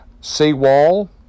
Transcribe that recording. Seawall